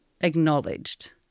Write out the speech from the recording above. acknowledged